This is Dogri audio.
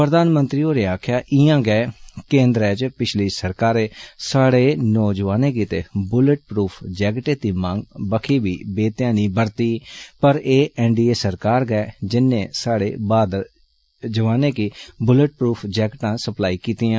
प्रधानमंत्री होरें आक्खेआ इयां गै केन्द्रै च पिछली सरकारै साढ़े जोआनें गितै बुलेट प्रूफ जैकटें दी मंगै बक्खी बी वेध्यानी वरती पर एह् एन डी ए सरकार गै जिन्नै साढ़े व्हादुर जोआने गी बुलट प्रूफ जैकटां सप्लाई कीतियां